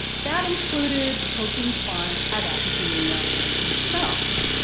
that included poking fun at academia and himself.